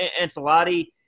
Ancelotti –